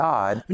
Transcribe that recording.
God